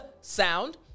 sound